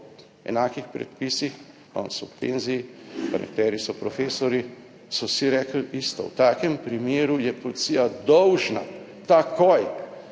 enakih predpisih, danes so v penziji, pa nekateri so profesorji, so vsi rekli isto, v takem primeru je policija dolžna takoj